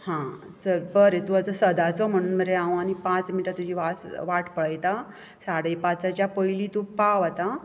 हां चल बरें तूं आतां सदांचो म्हणून मरे हां आनीक पांच मिनटां तुजी वास वाट पळयतां साडे पांचाच्या पयलीं तूं पाव आतां